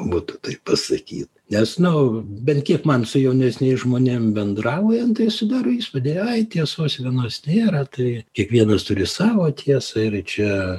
būtų taip pasakyt nes nu bent kiek man su jaunesniais žmonėm bendraujant tai sudaro įspūdį ai tiesos vienos nėra tai kiekvienas turi savo tiesą ir čia